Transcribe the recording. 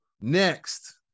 Next